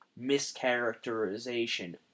mischaracterization